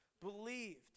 Believed